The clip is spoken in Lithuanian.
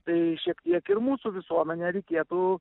tai šiek tiek ir mūsų visuomenę reikėtų